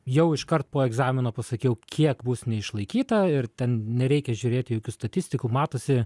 jau iškart po egzamino pasakiau kiek bus neišlaikyta ir ten nereikia žiūrėti jokių statistikų matosi